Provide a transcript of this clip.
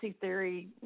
theory